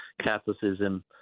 Catholicism